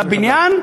על הבניין,